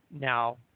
Now